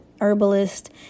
herbalist